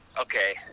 Okay